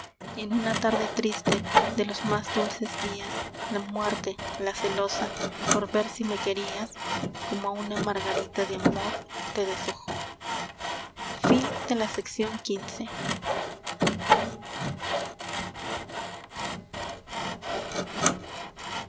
y en una tarde triste de los más dulces días la muerte la celosa por ver si me querías como a una margarita de amor te deshojó mía